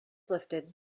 lifted